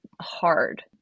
hard